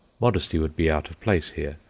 modesty would be out of place here.